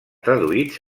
traduïts